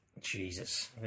Jesus